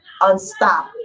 Unstop